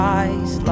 eyes